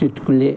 चुटकुले